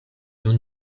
nun